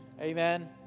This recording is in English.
Amen